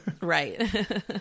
Right